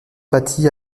battit